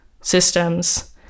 systems